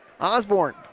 Osborne